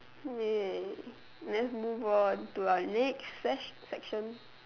!yay! let's move on to our next sec~ section